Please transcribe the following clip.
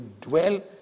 dwell